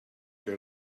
get